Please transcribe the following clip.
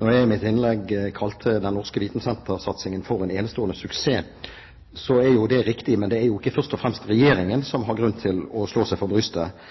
Når jeg i mitt innlegg kalte den norske vitensentersatsingen for «en enestående suksess», er det riktig. Men det er jo ikke først og fremst Regjeringen som har grunn til å slå seg på brystet.